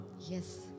Yes